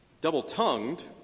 Double-tongued